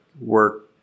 work